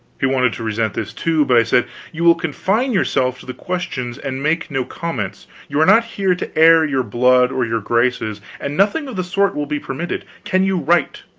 he wanted to resent this, too, but i said you will confine yourself to the questions, and make no comments. you are not here to air your blood or your graces, and nothing of the sort will be permitted. can you write?